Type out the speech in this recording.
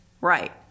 right